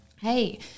Hey